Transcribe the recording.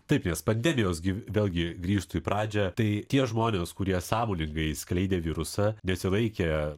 taip nes pandemijos gi vėlgi grįžtu į pradžią tai tie žmonės kurie sąmoningai skleidė virusą nesilaikė